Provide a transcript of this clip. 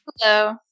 Hello